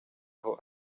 aho